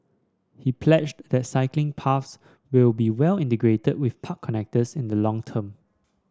he pledged that cycling paths will be well integrated with park connectors in the long term